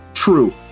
True